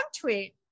tweet